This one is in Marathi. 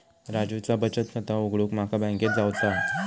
राजूचा बचत खाता उघडूक माका बँकेत जावचा हा